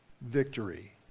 victory